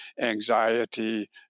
anxiety